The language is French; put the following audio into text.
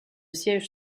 siège